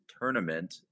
tournament